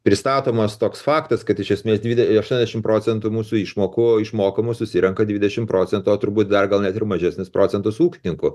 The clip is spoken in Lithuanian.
pristatomas toks faktas kad iš esmės dvide aštuoniasdešimt procentų mūsų išmokų išmokama susirenka dvidešimt procentų o turbūt dar gal net ir mažesnis procentas ūkininkų